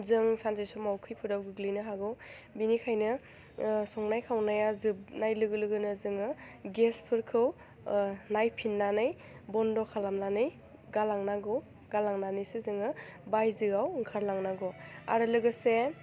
जों सानसे समाव खैफोदाव गोग्लैनो हागौ बेनिखायनो संनाय खावनाया जोबनाय लोगो लोगोनो जोङो गेसफोरखौ नायफिननानै बन्द' खालामनानै गालांनांगौ गालांनानैसो जोङो बायजोआव ओंखार लांनांगौ आरो लोगोसे